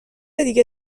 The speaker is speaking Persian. دیگه